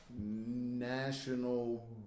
National